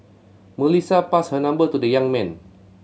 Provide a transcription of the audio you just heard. Melissa passed her number to the young man